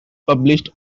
published